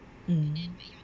mm